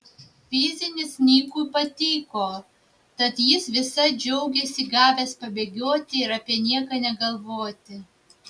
fizinis nikui patiko tad jis visai džiaugėsi gavęs pabėgioti ir apie nieką negalvoti